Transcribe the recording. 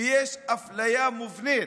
ויש אפליה מובנית.